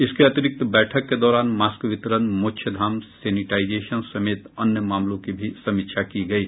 इसके अतिरिक्त बैठक के दौरान मास्क वितरण मोक्षधाम सेनिटाईजेशन समेत अन्य मामलों की भी समीक्षा की गयी